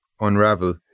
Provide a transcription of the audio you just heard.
unravel